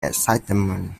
excitement